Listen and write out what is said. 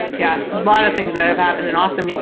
yeah, a lot of things that have happened in austin.